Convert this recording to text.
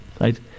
right